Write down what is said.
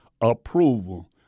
approval